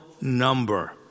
number